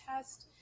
test